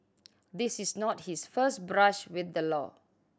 this is not his first brush with the law